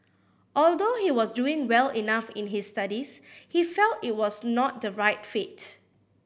although he was doing well enough in his studies he felt it was not the right fit